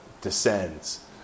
descends